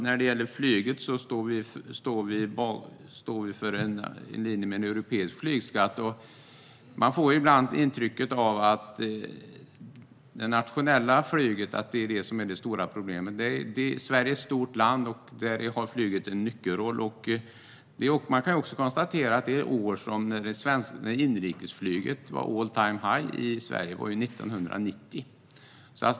När det gäller flyget står vi däremot för en linje med en europeisk flygskatt. Man får ibland intrycket att det nationella flyget är det stora problemet. Sverige är ett stort land. Där har flyget en nyckelroll. Man kan också konstatera att det år inrikesflyget hade all-time-high i Sverige var 1990.